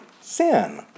sin